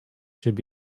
should